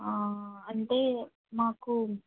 అంటే మాకు